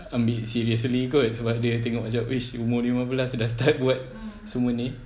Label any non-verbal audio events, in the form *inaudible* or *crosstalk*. ambil seriously kot sebab dia tengok macam *noise* umur lima belas dah start buat semua ni